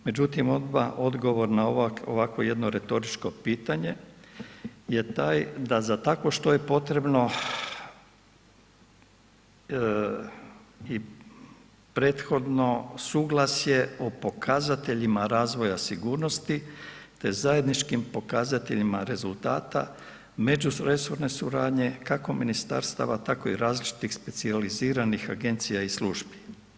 Međutim, odmah odgovor na ovakvo jedno retoričko pitanje je tak da za takvo što je potrebno prethodno suglasje o pokazateljima razvoja sigurnosti te zajedničkim pokazateljima rezultata međuresorne suradnje kako ministarstava tako i različitih specijaliziranih agencija i službi.